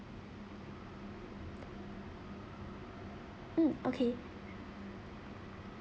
mm okay